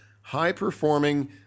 high-performing